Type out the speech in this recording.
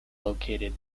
located